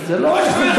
זה לא מכובד.